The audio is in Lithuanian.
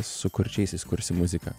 su kurčiaisiais kursim muziką